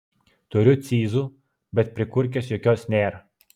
turiu cyzų bet prikurkės jokios nėr